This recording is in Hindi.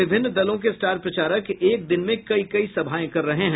विभिन्न दलों के स्टार प्रचारक एक दिन में कई कई सभाएं कर रहे हैं